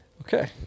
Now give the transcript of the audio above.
Okay